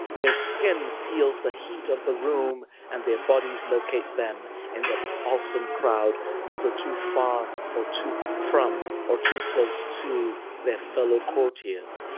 their skin feels the heat of the room and their bodies locate them in the pulsing crowd never too far or too from or too close to their fellow courtiers.